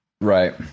Right